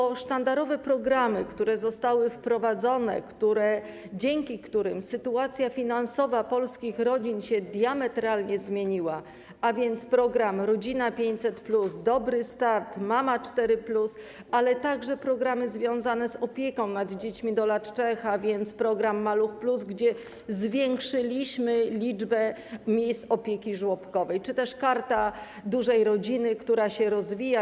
Chodzi o sztandarowe programy, które zostały wprowadzone, dzięki którym sytuacja finansowa polskich rodzin się diametralnie zmieniła, a więc programy „Rodzina 500+”, „Dobry start”, „Mama 4+”, a także programy związane z opieką nad dziećmi do lat 3, a więc program „Maluch+”, gdzie zwiększyliśmy liczbę miejsc opieki żłobkowej, czy też Kartę Dużej Rodziny, która się rozwija.